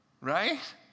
Right